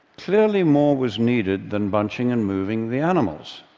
clearly more was needed than bunching and moving the animals,